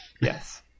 Yes